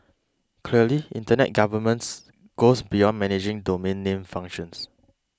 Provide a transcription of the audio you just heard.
clearly Internet governance goes beyond managing domain name functions